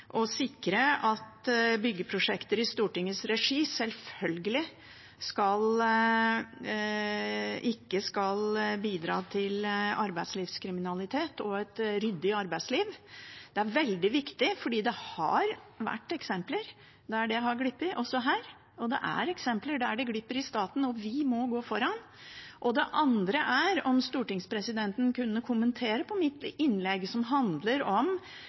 å sikre at byggeprosjekter i Stortingets regi sjølsagt ikke skal bidra til arbeidslivskriminalitet og et uryddig arbeidsliv. Det er veldig viktig, for det har vært eksempler der det har glippet, også her, og det er eksempler der det glipper i staten. Vi må gå foran. Det andre er om stortingspresidenten kunne kommentere mitt innlegg som handlet om